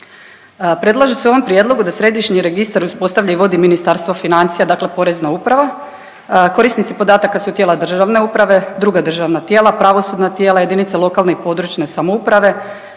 Predlaže se u ovom prijedlogu da središnji registar uspostavlja i vodi Ministarstvo financija, dakle Porezna uprava. Korisnici podataka su tijela državne uprave, druga državna tijela, pravosudna tijela, jedinice lokalne i područne samouprave,